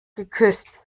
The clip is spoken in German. geküsst